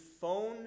phone